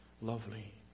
lovely